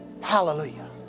Hallelujah